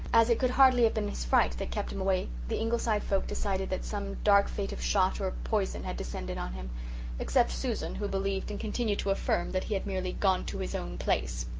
as it could hardly have been his fright that kept him away the ingleside folk decided that some dark fate of shot or poison had descended on him except susan, who believed and continued to affirm that he had merely gone to his own place.